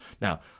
now